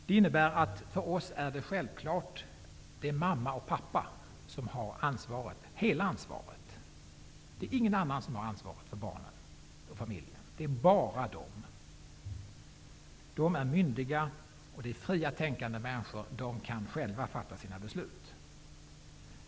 Det innebär att det är självklart för oss att det är mamma och pappa som har hela ansvaret. Det är ingen annan som har ansvaret för barnen och familjen. Det är bara de. De är myndiga och fria tänkande människor. De kan själva fatta sina beslut.